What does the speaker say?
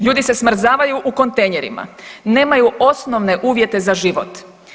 Ljudi se smrzavaju u kontejnerima, nemaju osnovne uvjete za život.